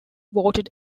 voted